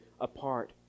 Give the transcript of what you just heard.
apart